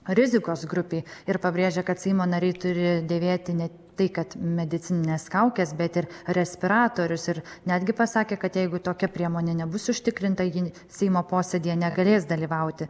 rizikos grupėj ir pabrėžia kad seimo nariai turi dėvėti ne tai kad medicinines kaukes bet ir respiratorius ir netgi pasakė kad jeigu tokia priemonė nebus užtikrinta ji seimo posėdyje negalės dalyvauti